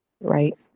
right